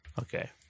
okay